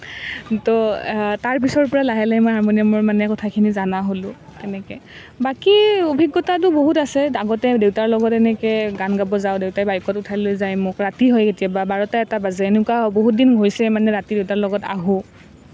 তো তাৰ পিছৰ পৰা লাহে লাহে মই হাৰমনিয়ামৰ মানে কথাখিনি জনা হ'লোঁ তেনেকৈ বাকী অভিজ্ঞতাটো বহুত আছে আগতে দেউতাৰ লগত এনেকৈ গান গাব যাওঁ দেউতাই বাইকত উঠাই লৈ যায় মোক ৰাতি হয় কেতিয়াবা বাৰটা এটা বাজে এনেকুৱা বহুত দিন হৈছে মানে ৰাতি দেউতাৰ লগত আহোঁ